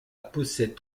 possèdent